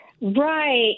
Right